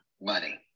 money